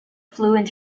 fluent